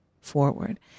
forward